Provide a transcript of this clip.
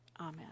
Amen